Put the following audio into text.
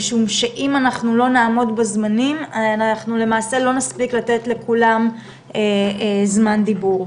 כדי שנספיק לתת לכולם זמן דיבור.